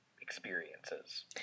experiences